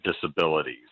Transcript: disabilities